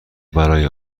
برای